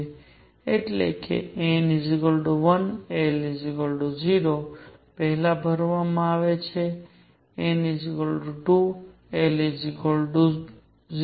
એટલે કે n 1 l 0 પહેલા ભરવામાં આવશે n 2 l 0